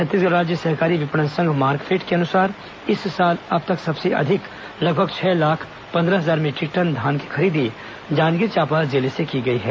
छत्तीसगढ़ राज्य सहकारी विपणन संघ मार्कफेड के अनुसार इस साल अब तक सबसे अधिक लगभग छह लाख पंद्रह हजार मीटरिक टन धान खरीदी जांजगीर चाम्पा जिले से की गई है